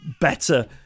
better